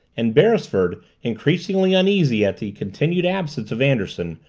and beresford, increasingly uneasy at the continued absence of anderson,